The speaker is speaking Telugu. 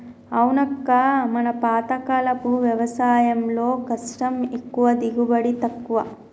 అవునక్క మన పాతకాలపు వ్యవసాయంలో కష్టం ఎక్కువ దిగుబడి తక్కువ